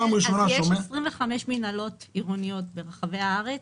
יש 25 מינהלות עירוניות ברחבי הארץ,